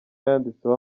yanditseho